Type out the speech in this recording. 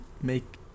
make